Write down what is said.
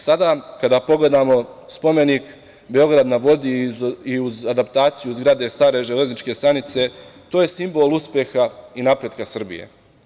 Sada, kada pogledamo spomenik, Beograd na vodi i uz adaptaciju zgrade stare železničke stanice, to je simbol uspeha i napretka Srbije.